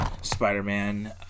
Spider-Man